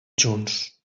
junts